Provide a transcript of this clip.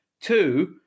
Two